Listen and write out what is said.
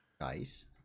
nice